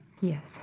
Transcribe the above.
Yes